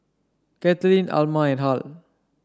Katelyn Alma and Hal